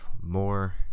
more